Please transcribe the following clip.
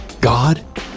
God